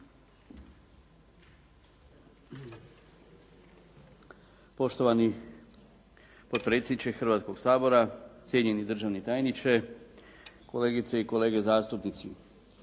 Poštovani potpredsjedniče Hrvatskog sabora, cijenjeni državni tajniče, kolegice i kolege zastupnici.